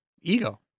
Ego